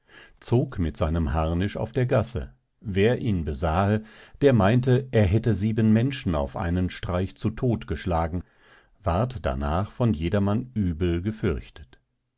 zog mit seinem harnisch auf der gasse wer ihn besahe der meinte er hätte sieben menschen auf einen streich zu todt geschlagen ward darnach von jedermann übel gefürchtet